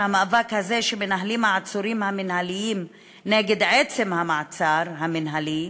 שהמאבק הזה שמנהלים העצורים המינהליים נגד עצם המעצר המינהלי,